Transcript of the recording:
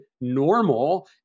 normal